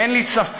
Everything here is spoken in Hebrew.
אין לי ספק,